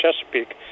Chesapeake